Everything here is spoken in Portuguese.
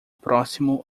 próximo